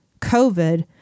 COVID